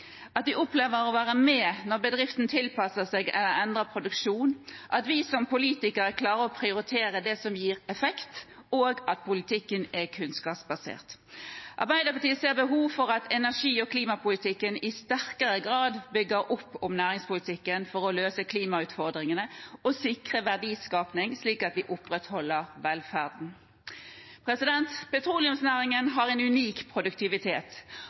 at de får være med når bedriften tilpasser seg eller endrer produksjon, at vi som politikere klarer å prioritere det som gir effekt, og at politikken er kunnskapsbasert. Arbeiderpartiet ser behov for at energi- og klimapolitikken i sterkere grad bygger opp om næringspolitikken for å løse klimautfordringene og sikrer verdiskaping slik at vi opprettholder velferden. Petroleumsnæringen har en unik produktivitet,